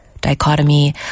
Dichotomy